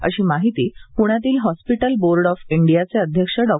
अशी माहिती पुण्यातील हॉस्पिटल बोर्ड एाफ इंडियाचे अध्यक्ष डॉ